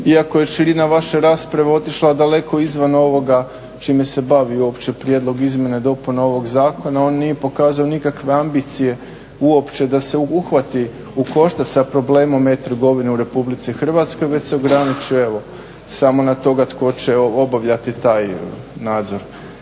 iako je širina vaše rasprave otišla daleko izvan ovoga čime se bavi uopće prijedlog izmjene i dopune ovog zakona. On nije pokazao nije ambicije uopće da se uhvati u koštac sa problemom e-trgovine u RH već se ograničio evo samo na to da tko će obavljati taj nadzor.